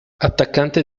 attaccante